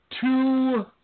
two